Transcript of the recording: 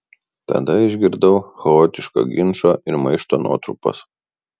tada išgirdau chaotiško ginčo ir maišto nuotrupas